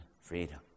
freedom